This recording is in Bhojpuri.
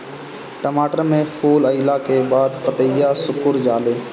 टमाटर में फूल अईला के बाद पतईया सुकुर जाले?